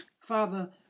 father